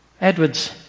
Edwards